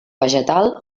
vegetal